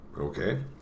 Okay